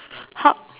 hug